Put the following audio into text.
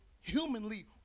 humanly